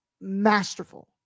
masterful